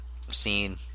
scene